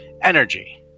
energy